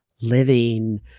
living